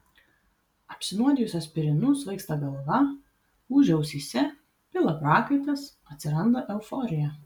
apsinuodijus aspirinu svaigsta galva ūžia ausyse pila prakaitas atsiranda euforija